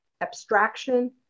abstraction